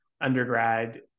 undergrad